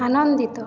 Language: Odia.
ଆନନ୍ଦିତ